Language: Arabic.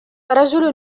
رجل